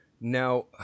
Now